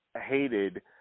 hated